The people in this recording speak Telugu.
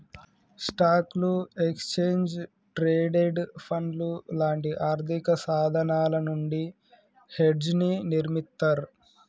స్టాక్లు, ఎక్స్చేంజ్ ట్రేడెడ్ ఫండ్లు లాంటి ఆర్థికసాధనాల నుండి హెడ్జ్ని నిర్మిత్తర్